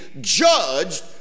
judged